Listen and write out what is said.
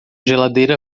geladeira